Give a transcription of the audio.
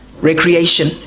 Recreation